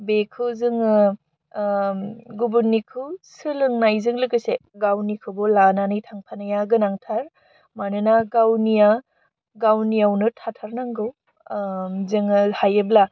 बेखौ जोङो गुबुननिखौ सोलोंनायजों लोगोसे गावनिखौबो लानानै थांफानाया गोनांथार मानोना गावनिया गावनियावनो थाथारनांगौ जोङो थायोब्ला